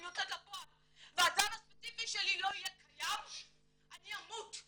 יוצאת לפועל והזן הספציפי שלי לא יהיה קיים אני אמות.